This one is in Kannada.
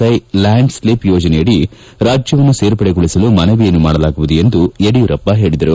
ಐ ಲ್ಕಾಂಡ್ ಸ್ಲಿಪ್ ಯೋಜನೆಯಲ್ಲಿ ರಾಜ್ಯವನ್ನು ಸೇರ್ಪಡೆಗೊಳಿಸಲು ಮನವಿಯನ್ನು ಮಾಡಲಾಗುವುದು ಎಂದು ಯಡಿಯೂರಪ್ಪ ಹೇಳಿದರು